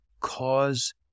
cause